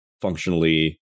functionally